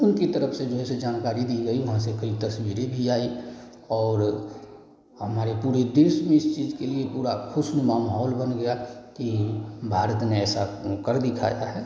उनकी तरफ से जो है सो जानकारी दी गई वहाँ से कई तस्वीरें भी आई और हमारे पूरे देश में इस चीज़ के लिए पूरा खुशनुमा माहौल बन गया कि भारत ने ऐसा कर दिखा है